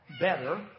better